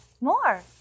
More